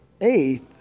eighth